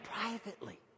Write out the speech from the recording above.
privately